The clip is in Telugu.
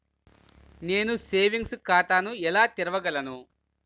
నేను సేవింగ్స్ ఖాతాను ఎలా తెరవగలను?